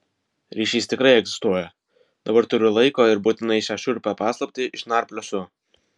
ryšys tikrai egzistuoja dabar turiu laiko ir būtinai šią šiurpią paslaptį išnarpliosiu